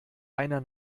einer